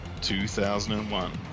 2001